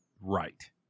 right